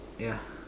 yeah